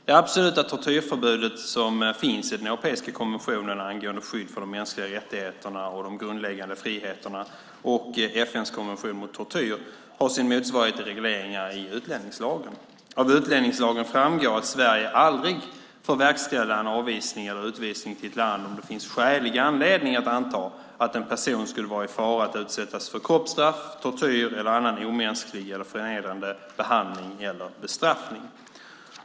Det absoluta tortyrförbudet som finns i den europeiska konventionen angående skydd för de mänskliga rättigheterna och de grundläggande friheterna och FN:s konvention mot tortyr har sin motsvarighet i regleringar i utlänningslagen. Av utlänningslagen framgår att Sverige aldrig får verkställa en avvisning eller utvisning till ett land om det finns skälig anledning att anta att en person skulle vara i fara att utsättas för kroppsstraff, tortyr eller annan omänsklig eller förnedrande behandling eller bestraffning.